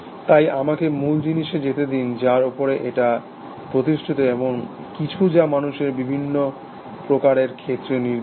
তাই আমাকে মূল জিনিসে যেতে দিন যার ওপরে এটা প্রতিষ্ঠিত এমন কিছু যা মানুষের বিভিন্ন প্রকারের ক্ষেত্রে নির্দিষ্ট